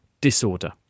disorder